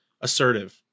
assertive